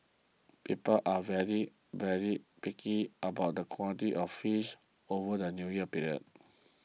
people are very very picky about the quality of fish over the New Year period